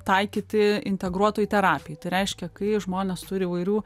taikyti integruotoj terapijoj tai reiškia kai žmonės turi įvairių